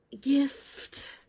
gift